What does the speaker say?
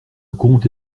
comte